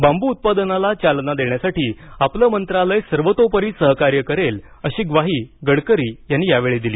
बाबू उत्पादनाला चालना देण्यासाठी आपलं मंत्रालय सर्वतोपरी सहकार्य करेल अशी ग्वाही गडकरी यांनी यावेळी दिली